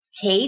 Kate